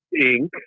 Inc